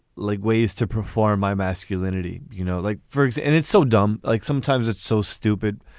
lig ways to perform my masculinity. you know, like virgie's and it's so dumb, like sometimes it's so stupid.